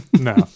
no